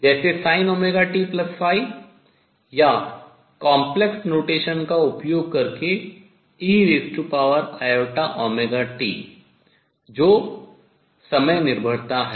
जैसे sin⁡ωt या complex notation सम्मिश्र संकेतन का उपयोग करके eiωt जो समय निर्भरता है